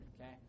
okay